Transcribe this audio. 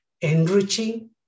enriching